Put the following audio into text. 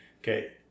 Okay